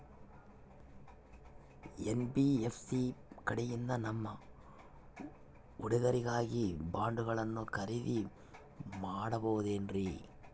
NBFC ಕಡೆಯಿಂದ ನಮ್ಮ ಹುಡುಗರಿಗಾಗಿ ಬಾಂಡುಗಳನ್ನ ಖರೇದಿ ಮಾಡಬಹುದೇನ್ರಿ?